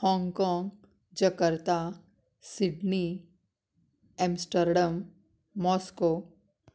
Hong Kong Jakarta Sydney Amsterdam Moscow